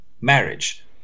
marriage